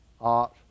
art